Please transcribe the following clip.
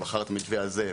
בחר את המתווה הזה,